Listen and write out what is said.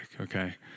okay